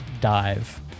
dive